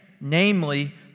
namely